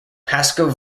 pascoe